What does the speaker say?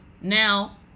now